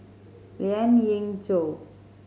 Lien Ying Chow